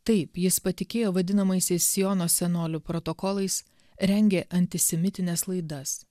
taip jis patikėjo vadinamaisiais siono senolių protokolais rengė antisemitines laidas